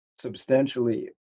substantially